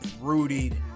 rooted